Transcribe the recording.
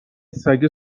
سگه